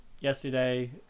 yesterday